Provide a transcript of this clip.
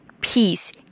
peace